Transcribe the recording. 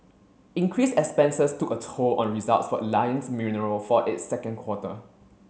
increased expenses took a toll on results for Alliance Mineral for its second quarter